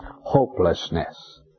hopelessness